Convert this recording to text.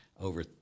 over